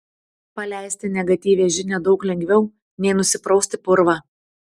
paleisti negatyvią žinią daug lengviau nei nusiprausti purvą